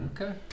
Okay